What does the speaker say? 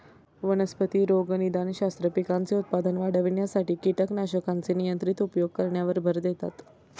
वनस्पती रोगनिदानशास्त्र, पिकांचे उत्पादन वाढविण्यासाठी कीटकनाशकांचे नियंत्रित उपयोग करण्यावर भर देतं